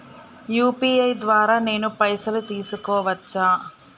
UPI ద్వారా నేను పైసలు తీసుకోవచ్చా?